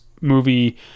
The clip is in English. movie